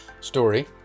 story